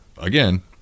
again